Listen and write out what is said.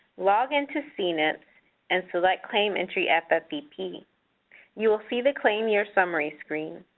log in to cnips and select claim entry-ffvp, you will see the claim year summary screen.